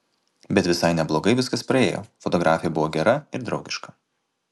bet visai neblogai viskas praėjo fotografė buvo gera ir draugiška